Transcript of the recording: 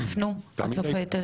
שיפנו עד סוף.